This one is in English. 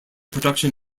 production